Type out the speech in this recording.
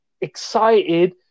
excited